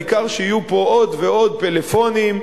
העיקר שיהיו פה עוד ועוד פלאפונים,